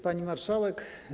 Pani Marszałek!